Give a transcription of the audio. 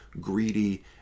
greedy